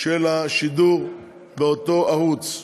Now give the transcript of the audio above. של השידור באותו ערוץ.